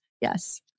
Yes